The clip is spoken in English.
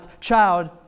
child